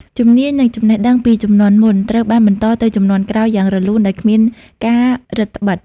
ជំនាញ និងចំណេះដឹងពីជំនាន់មុនត្រូវបានបន្តទៅជំនាន់ក្រោយយ៉ាងរលូន ដោយគ្មានការរឹតត្បិត។